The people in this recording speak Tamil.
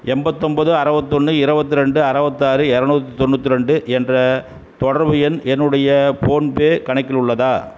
எண்பத்தொம்போது அறுபத்தொன்னு இருவத்ரெண்டு அறுவத்தாறு இரநூத்தி தொண்ணூற்றி ரெண்டு என்ற தொடர்பு எண் என்னுடைய ஃபோன்பே கணக்கில் உள்ளதா